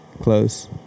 close